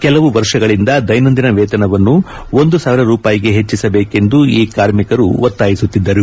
ಕೆಲವು ವರ್ಷಗಳಿಂದ ದೈನಂದಿನ ವೇತನವನ್ನು ಒಂದು ಸಾವಿರ ರೂಪಾಯಿಗೆ ಹೆಚ್ಚಿಸಬೇಕೆಂದು ಈ ಕಾರ್ಮಿಕರು ಒತ್ತಾಯಿಸುತ್ತಿದ್ದರು